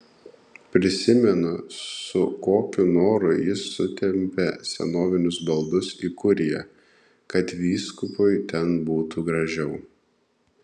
prisimenu su kokiu noru jis sutempė senovinius baldus į kuriją kad vyskupui ten būtų gražiau